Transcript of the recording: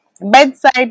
bedside